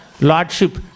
Lordship